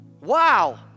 Wow